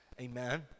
Amen